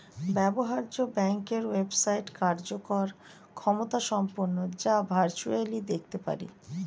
ব্যবহার্য ব্যাংকের ওয়েবসাইট কার্যকর ক্ষমতাসম্পন্ন যা ভার্চুয়ালি দেখতে পারি